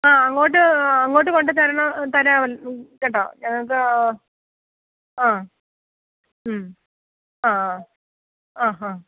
ആ അങ്ങോട്ട് ആ അങ്ങോട്ട് കൊണ്ട് തരണോ തരാം കേട്ടോ ഞങ്ങൾക്ക് ആ ആ മ്മ് ആ ആ ഹാ